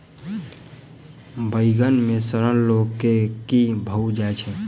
बइगन मे सड़न रोग केँ कीए भऽ जाय छै?